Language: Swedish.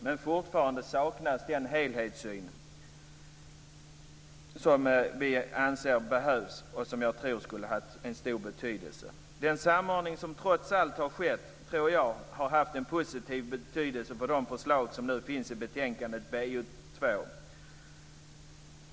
Men fortfarande saknas den helhetssyn som vi anser behövs och som jag tror skulle ha en stor betydelse. Den samordning som trots allt har skett tror jag har haft en positiv betydelse för de förslag som nu finns i betänkandet BoU2.